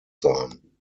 sein